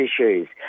issues